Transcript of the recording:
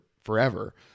forever